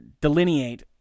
delineate